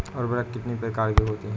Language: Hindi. उर्वरक कितनी प्रकार के होते हैं?